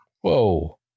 Whoa